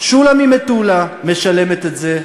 שולה ממטולה משלמת את זה,